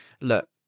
look